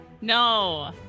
no